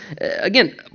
again